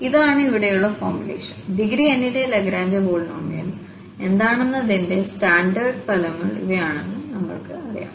അതാണ്ഇവിടെയുള്ള ഫോർമുലേഷൻഡിഗ്രിn ന്റെ ലാഗ്രാഞ്ച് പോളിനോമിയലുകൾ എന്താണെന്നതിന്റെ സ്റ്റാൻഡേർഡ് ഫലങ്ങൾ ഇവയാണെന്ന് നമ്മൾക്കറിയാം